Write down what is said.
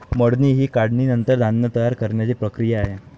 मळणी ही काढणीनंतर धान्य तयार करण्याची प्रक्रिया आहे